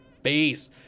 face